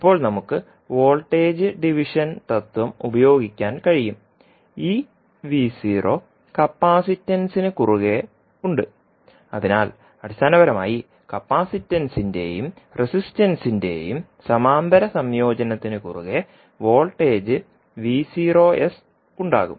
ഇപ്പോൾ നമുക്ക് voltage division തത്ത്വം ഉപയോഗിക്കാൻ കഴിയും ഈ കപ്പാസിറ്റൻസിന് കുറുകെ ഉണ്ട് അതിനാൽ അടിസ്ഥാനപരമായി കപ്പാസിറ്റൻസിന്റെയും റെസിസ്റ്റൻസിന്റെയും സമാന്തര സംയോജനത്തിന് കുറുകെ വോൾട്ടേജ് ഉണ്ടാകും